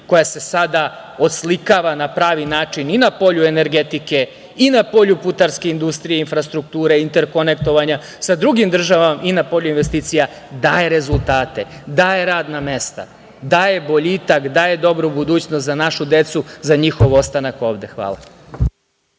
koja se sada oslikava na pravi način i na polju energetike i na polju putarske industrije, infrastrukture, interkonektovanja sa drugim državama i na polju investicija daje rezultate, daje radna mesta, daje boljitak, daje dobru budućnost za našu decu, za njihov ostanak ovde. Hvala.